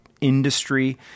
industry